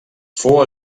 fou